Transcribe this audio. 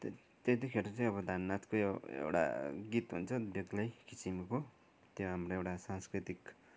त्यति खर चाहिँ अब धान नाचको एउटा गीत हुन्छ बेग्लै किसिमको त्यो हाम्रो एउटा सांस्कृतिक